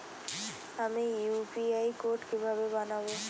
আমি UPI code কিভাবে বানাব?